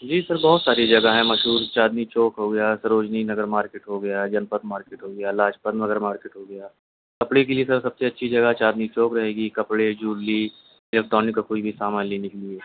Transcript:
جی sir بہت ساری جگہ ہیں مشہور چاندنی چوک ہو گیا سروجنی نگر مارکٹ ہو گیا جنپت مارکٹ ہو گیا لاجپت نگر مارکٹ ہو گیا کپڑے کے لیے سر سب سے اچھی جگہ چاندنی چوک رہے گی کپڑے جولری الیٹرانک کا کوئی بھی سامان لینے کے لیے